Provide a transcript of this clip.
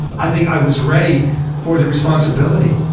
i think i was ready for the responsibility.